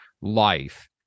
life